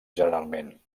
generalment